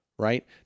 Right